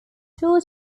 two